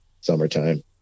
summertime